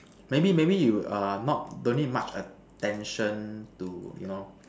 maybe maybe you err not don't need much attention to you know